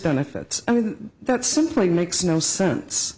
benefits i mean that simply makes no sense